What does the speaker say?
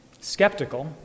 skeptical